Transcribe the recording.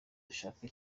dushaka